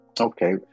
Okay